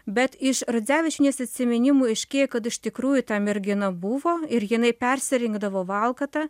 bet iš radzevičienės atsiminimų aiškėja kad iš tikrųjų ta mergina buvo ir jinai persirengdavo valkata